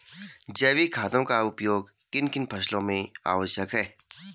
जैविक खादों का उपयोग किन किन फसलों में आवश्यक है?